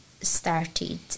started